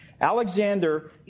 Alexander